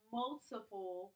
multiple